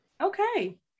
Okay